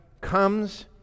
comes